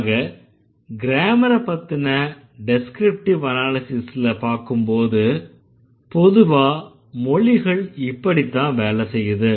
ஆக க்ரேமர பத்தின டெஸ்க்ரிப்டிவ் அனாலிஸிஸ்ல பாக்கும்போது பொதுவா மொழிகள் இப்படித்தான் வேலை செய்யுது